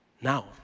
Now